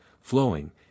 flowing